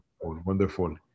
wonderful